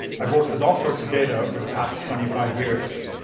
i've worked with all sorts of data over the past twenty five years.